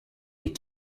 les